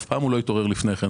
אף פעם הוא לא התעורר לפני כן.